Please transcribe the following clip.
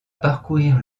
parcourir